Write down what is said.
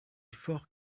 fort